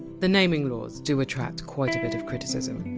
the naming laws do attract quite a bit of criticism.